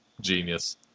genius